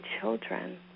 children